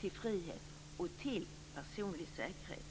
till frihet och till personlig säkerhet.